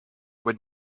would